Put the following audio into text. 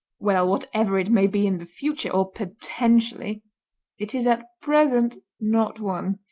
well, whatever it may be in the future or potentially it is at present not one.